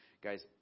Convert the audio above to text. guys